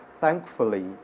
thankfully